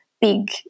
big